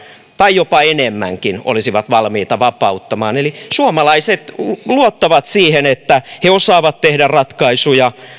tai jopa enemmänkin olisivat valmiita vapauttamaan eli suomalaiset luottavat siihen että osaavat tehdä ratkaisuja